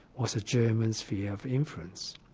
was a germans sphere of influence.